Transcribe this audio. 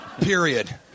Period